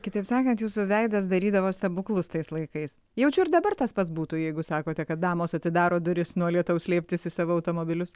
kitaip sakant jūsų veidas darydavo stebuklus tais laikais jaučiu ir dabar tas pats būtų jeigu sakote kad damos atidaro duris nuo lietaus slėptis į savo automobilius